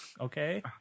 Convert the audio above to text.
okay